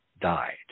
died